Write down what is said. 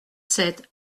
sept